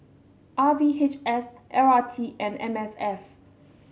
R V H S L R T and M S F